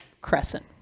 crescent